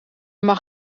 mag